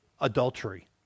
Adultery